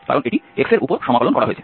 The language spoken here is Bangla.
কারণ এটি x এর উপর সমাকলন করা হয়েছে